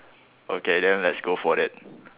okay then let's go for that